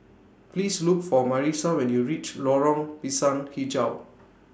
Please Look For Marisa when YOU REACH Lorong Pisang Hijau